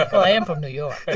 i am from new york